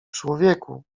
człowieku